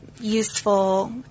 useful